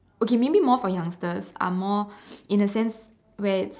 okay maybe more for youngsters I'm more in a sense where it's